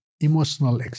emotional